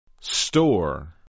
Store